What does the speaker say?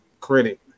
credit